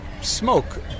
smoke